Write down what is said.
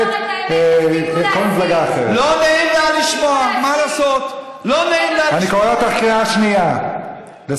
לא נעים לה לשמוע, אין לך זכות להפריע לו, זה